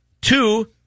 Two